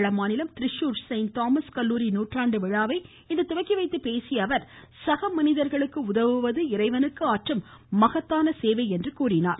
கேரள மாநிலம் Thrissur saint Thomas கல்லுாரி நுாற்றாண்டு விழாவை இன்று துவக்கி வைத்து பேசிய அவர் சக மனிதர்களுக்கு உதவுவது இறைவனுக்கு ஆற்றும் மகத்தான சேவை என்றார்